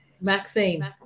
maxine